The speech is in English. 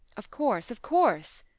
of course of course,